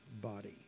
body